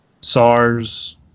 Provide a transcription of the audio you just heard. SARS